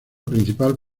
principal